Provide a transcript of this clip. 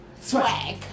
swag